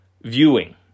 viewing